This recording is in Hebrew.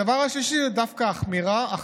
הדבר השלישי הוא דווקא החמרה.